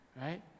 right